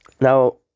Now